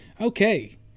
Okay